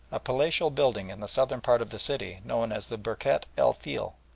a palatial building in the southern part of the city known as the birket el feel,